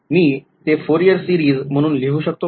मी ते Fourier series म्हणून लिहू शकतो का